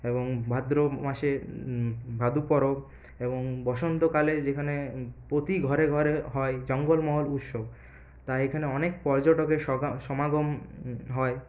এবং ভাদ্র মাসে ভাদু পরব এবং বসন্তকালে যেখানে প্রতি ঘরে ঘরে হয় জঙ্গলমহল উৎসব তাই এখানে অনেক পর্যটকের সগা সমাগম হয়